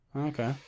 Okay